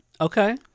Okay